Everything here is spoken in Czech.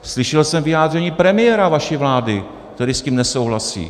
Slyšel jsem vyjádření premiéra vaší vlády, který s tím nesouhlasí.